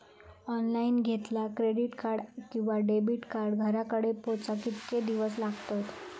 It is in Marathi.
ऑनलाइन घेतला क्रेडिट कार्ड किंवा डेबिट कार्ड घराकडे पोचाक कितके दिस लागतत?